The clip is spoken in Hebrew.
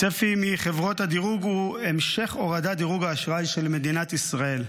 הצפי של חברות הדירוג הוא המשך הורדת דירוג האשראי של מדינת ישראל.